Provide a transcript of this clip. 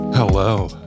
Hello